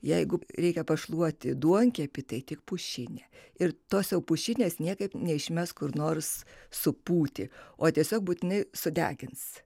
jeigu reikia pašluoti duonkepį tai tik pušine ir tos jau pušinės niekaip neišmes kur nors supūti o tiesiog būtinai sudegins